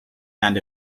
and